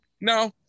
no